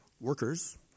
workers